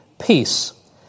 peace